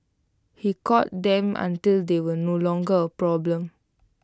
he caught them until they were no longer A problem